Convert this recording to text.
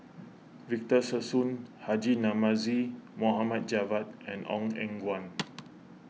Victor Sassoon Haji Namazie Mohd Javad and Ong Eng Guan